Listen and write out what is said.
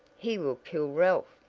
he will kill ralph,